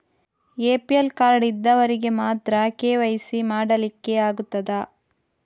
APL card ಇದ್ದವರಿಗೆ ಮಾತ್ರ KYC ಮಾಡಲಿಕ್ಕೆ ಆಗುತ್ತದಾ?